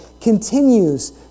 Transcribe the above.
continues